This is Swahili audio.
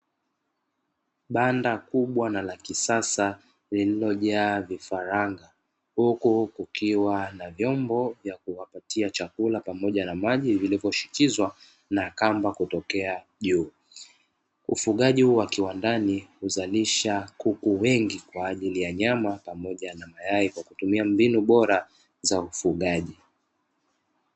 Banda kubwa na la kisasa lililo jaa vifaranga, huku kukiwa na vyombo vya kuwapatia chakula pamoja na maji vilivoshikizwa na kamba kutokea juu, ufugaji huu wa kiwandani uzalisha kuku wengi kwaajili ya nyama pamoja na mayai kwa kutumia mbinu bora za ufugaji.